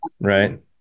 Right